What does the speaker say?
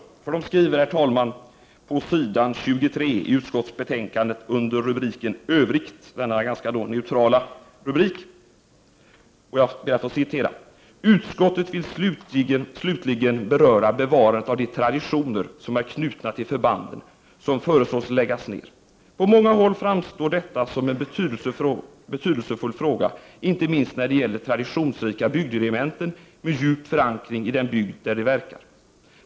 Utskottet skriver nämligen, herr talman, på s. 23 i betänkandet under rubriken ”Övrigt”, en ganska neutral rubrik: ”Utskottet vill slutligen beröra bevarandet av de traditioner som är knutna till förbanden som föreslås läggas ned. På många håll framstår detta som en betydelsefull fråga, inte minst när det gäller traditionsrika bygderegementen med djup förankring i den bygd där de verkar.